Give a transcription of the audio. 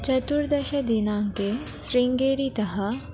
चतुर्दश दिनाङ्के शृङ्गेरीतः